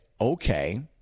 okay